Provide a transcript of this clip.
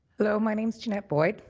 hello. my name's jeanette boyd.